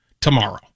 tomorrow